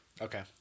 Okay